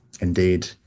Indeed